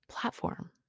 platform